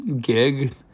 gig